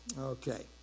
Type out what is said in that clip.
Okay